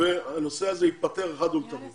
והנושא הזה ייפתר אחת ולתמיד.